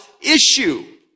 issue